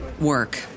work